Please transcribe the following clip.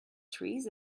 trees